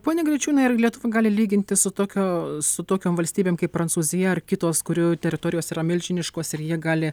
pone greičiūnai ar lietuva gali lygintis su tokio su tokiom valstybėm kaip prancūzija ar kitos kurių teritorijos yra milžiniškos ir jie gali